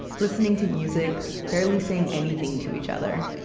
listening to music, barely saying anything to each other.